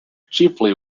chiefly